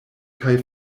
kaj